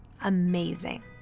amazing